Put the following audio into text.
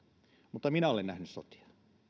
mutta minä olen nähnyt sotia